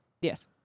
Yes